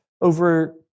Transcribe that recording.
over